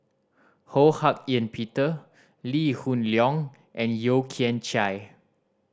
Ho Hak Ean Peter Lee Hoon Leong and Yeo Kian Chai